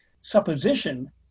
supposition